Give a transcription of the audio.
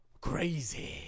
crazy